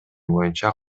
боюнча